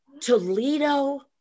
Toledo